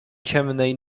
ciemnej